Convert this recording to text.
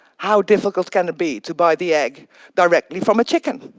how difficult can it be to buy the egg directly from a chicken?